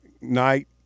night